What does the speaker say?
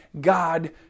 God